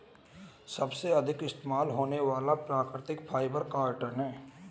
सबसे अधिक इस्तेमाल होने वाला प्राकृतिक फ़ाइबर कॉटन है